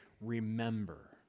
remember